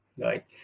Right